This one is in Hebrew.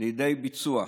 לידי ביצוע: